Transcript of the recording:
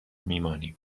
میمانیم